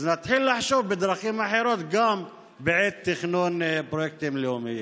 אז נתחיל לחשוב בדרכים אחרות גם בעת תכנון פרויקטים לאומיים.